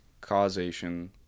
Causation